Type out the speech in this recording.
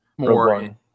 More